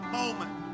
moment